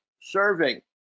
serving